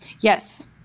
Yes